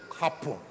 happen